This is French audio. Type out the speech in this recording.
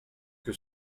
que